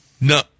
No